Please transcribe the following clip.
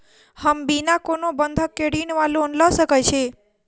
हम बिना कोनो बंधक केँ ऋण वा लोन लऽ सकै छी?